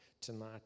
tonight